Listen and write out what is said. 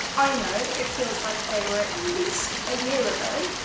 ah know, it feels like they were at least a year ago.